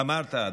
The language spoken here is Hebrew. אמרת,